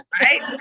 Right